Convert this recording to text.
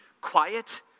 quiet